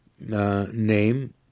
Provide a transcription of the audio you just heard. name